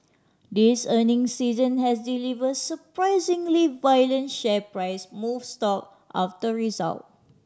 this earning season has delivered surprisingly violent share price move stock after result